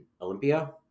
Olympia